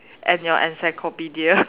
and your encyclopedia